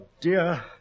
dear